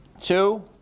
two